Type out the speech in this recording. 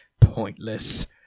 pointless